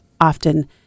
often